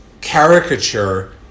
caricature